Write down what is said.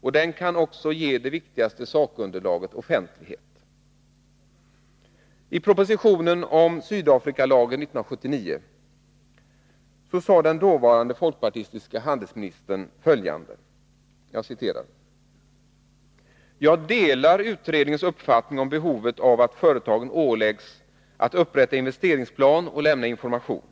och den kan också ge det viktigaste sakunderlaget offentlighet. I propositionen om Sydafrikalagen 1979 sade den dåvarande folkpartistiske handelsministern följande: ”Jag delar utredningens uppfattning om behovet av att företagen åläggs att i enlighet med förslaget upprätta investeringsplan och lämna information.